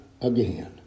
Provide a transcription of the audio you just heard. again